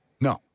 No